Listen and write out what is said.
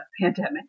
pandemic